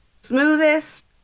smoothest